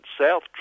South